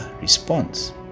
response